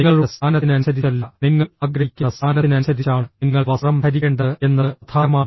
നിങ്ങളുടെ സ്ഥാനത്തിനനുസരിച്ചല്ല നിങ്ങൾ ആഗ്രഹിക്കുന്ന സ്ഥാനത്തിനനുസരിച്ചാണ് നിങ്ങൾ വസ്ത്രം ധരിക്കേണ്ടത് എന്നത് പ്രധാനമാണ്